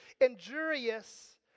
injurious